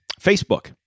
Facebook